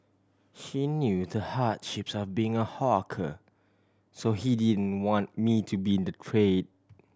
he knew the hardships of being a hawker so he didn't want me to be in the trade